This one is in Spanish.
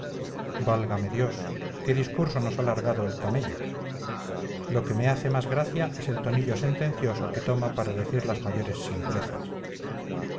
válgame dios qué discurso nos ha largado el camello lo que me hace más gracia es el tonillo sentencioso que toma para decir las mayores simplezas